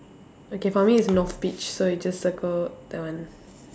okay for me it's north beach so you just circle that one